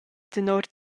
tenor